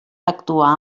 actuar